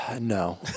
No